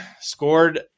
scored